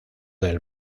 del